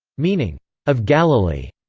meaning of galilee,